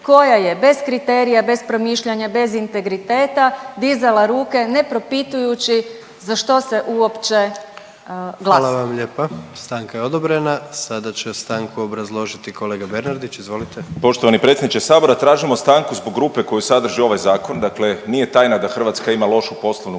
koja je bez kriterija, bez promišljanja, bez integriteta dizala ruke ne propitujući za što se uopće glasuje. **Jandroković, Gordan (HDZ)** Hvala vam lijepa. Stanka je odobrena. Sada će stanku obrazložiti kolega Bernardić, izvolite. **Bernardić, Davor (Socijaldemokrati)** Poštovani predsjedniče Sabora, tražimo stanku zbog rupe koju sadrži ovaj zakon, dakle nije tajna da Hrvatska ima lošu poslovnu